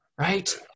right